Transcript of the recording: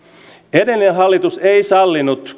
edellinen hallitus ei sallinut